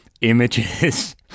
images